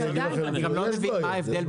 אני גם לא מבין מה ההבדל,